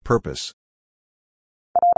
Purpose